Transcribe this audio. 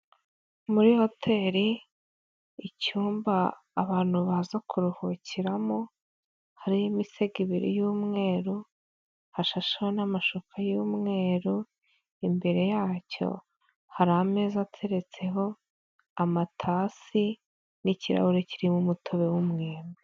Muri hoteli icyumba abantu baza kuruhukiramo, hariho imisego ibiri y'umweru hashasheho n'amashuka y'umweru, imbere yacyo hari ameza ateretseho amatasi n'ikirahure kirimo umutobe w'umwembe.